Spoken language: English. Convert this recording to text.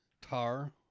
tar